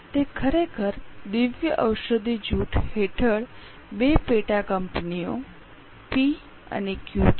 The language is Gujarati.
તે ખરેખર દિવ્યા ઔષધિ જૂથ હેઠળ બે પેટાકંપનીઓ પી અને ક્યૂ છે